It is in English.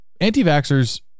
Anti-vaxxers